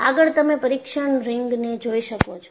આગળ તમે પરીક્ષણ રીગને જોઈ શકો છો